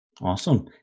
Awesome